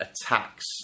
attacks